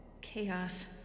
Chaos